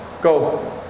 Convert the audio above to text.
Go